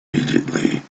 immediately